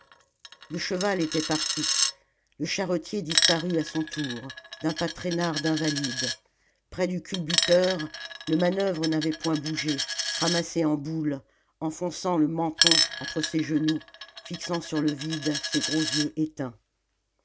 le cheval était parti le charretier disparut à son tour d'un pas traînard d'invalide près du culbuteur le manoeuvre n'avait point bougé ramassé en boule enfonçant le menton entre ses genoux fixant sur le vide ses gros yeux éteints